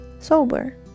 sober